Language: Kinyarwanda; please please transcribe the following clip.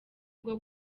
bwo